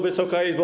Wysoka Izbo!